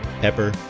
pepper